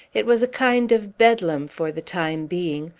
it was a kind of bedlam, for the time being,